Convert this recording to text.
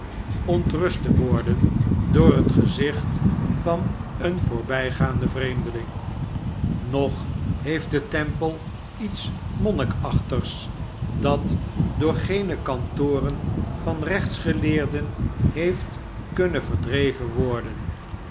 ontrust te worden door het gezicht van een yoorbijgaanden vreemdeling nog heeft de tempel iets monnikachtigs dat door geene kantoren van rechtsgeleerden heeft kunnen verdreven worden